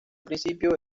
principio